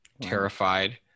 Terrified